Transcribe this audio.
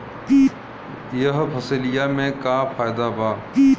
यह फसलिया में का फायदा बा?